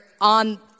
on